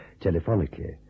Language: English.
telephonically